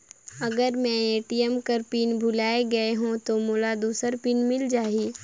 अगर मैं ए.टी.एम कर पिन भुलाये गये हो ता मोला दूसर पिन मिल जाही?